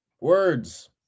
Words